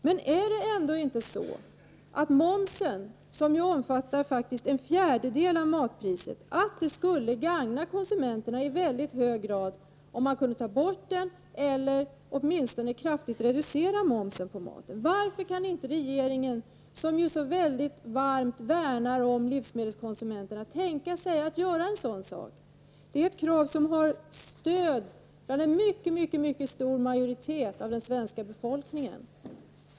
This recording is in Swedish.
Men är det ändå inte så att det skulle gagna konsumenterna i hög grad om man kunde ta bort eller åtminstone kraftigt reducera momsen, som ju faktiskt omfattar en fjärdedel av matpriset? Varför kan inte regeringen, som ju så väldigt varmt värnar om livsmedelskonsumenterna, tänka sig att göra en sådan sak? Det är ett krav som har stöd av en mycket stor majoritet av den svenska befolkningen.